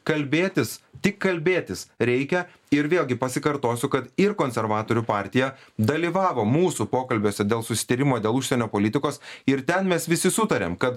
kalbėtis tik kalbėtis reikia ir vėlgi pasikartosiu kad ir konservatorių partija dalyvavo mūsų pokalbiuose dėl susitirimo dėl užsienio politikos ir ten mes visi sutarėm kad